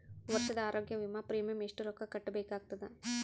ವರ್ಷದ ಆರೋಗ್ಯ ವಿಮಾ ಪ್ರೀಮಿಯಂ ಎಷ್ಟ ರೊಕ್ಕ ಕಟ್ಟಬೇಕಾಗತದ?